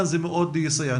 זה מאוד יסייע.